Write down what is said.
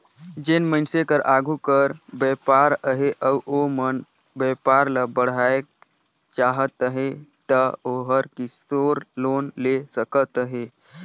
जेन मइनसे कर आघु कर बयपार अहे अउ ओ अपन बयपार ल बढ़ाएक चाहत अहे ता ओहर किसोर लोन ले सकत अहे